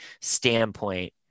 standpoint